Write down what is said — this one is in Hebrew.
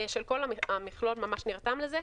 שכל המכלול נרתם לזה.